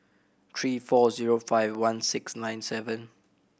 three four zero five one six nine seven